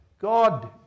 God